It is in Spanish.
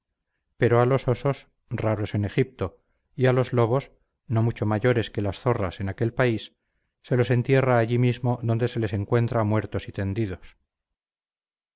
pero a los osos raros en egipto y a los lobos no mucho mayores que las zorras en aquel país se los entierra allí mismo donde se les encuentra muertos y tendidos